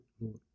Lord